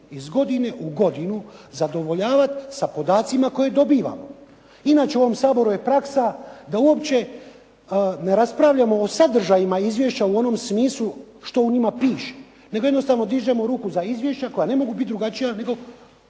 iz godine u godinu zadovoljavati sa podacima koje dobivamo. Inače u ovom Saboru je praksa da uopće ne raspravljamo o sadržajima izvješća u onom smislu što u njima piše nego jednostavno dižemo ruku za izvješća koja ne mogu biti drugačija nego